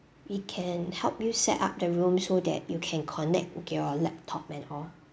we can help you set up the room so that you can connect your laptop and all